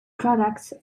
products